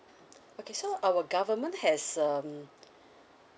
okay so our government has um